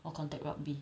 or contact rugby